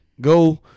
Go